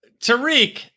Tariq